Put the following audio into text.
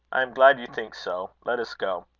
i am glad you think so. let us go.